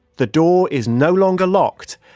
the door is no longer locked,